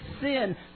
sin